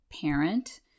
parent